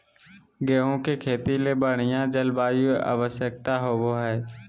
गेहूँ के खेती ले बढ़िया जलवायु आवश्यकता होबो हइ